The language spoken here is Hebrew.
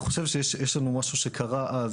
אני חושב שיש לנו משהו שקרה אז,